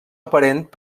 aparent